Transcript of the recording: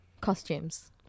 Costumes